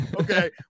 Okay